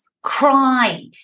Cry